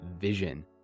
vision